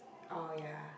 oh ya